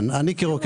מדברים,